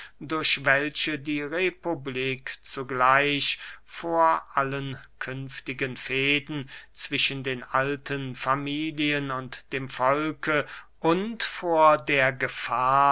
durch welche die republik zugleich vor allen künftigen fehden zwischen den alten familien und dem volke und vor der gefahr